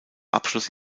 abschluss